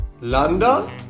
London